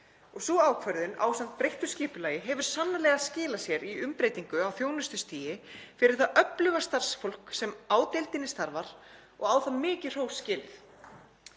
Sú ákvörðun ásamt breyttu skipulagi hefur sannarlega skilað sér í umbreytingu á þjónustustigi fyrir það öfluga starfsfólk sem á deildinni starfar og á mikið hrós skilið